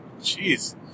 Jeez